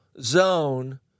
zone